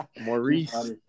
Maurice